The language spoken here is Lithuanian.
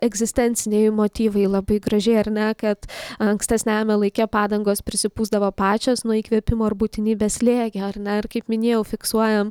egzistenciniai motyvai labai gražiai ar ne kad ankstesniajame laike padangos prisipūsdavo pačios nuo įkvėpimo ir būtinybės slėgio ar ne ir kaip minėjau fiksuojam